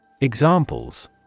Examples